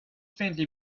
faintly